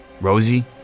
Rosie